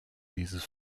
dieses